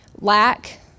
lack